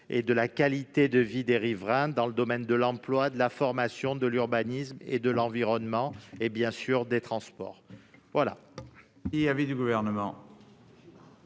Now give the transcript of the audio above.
ou de la qualité de vie des riverains, des domaines de l'emploi, de la formation, de l'urbanisme, de l'environnement ou, bien sûr, des transports. Quel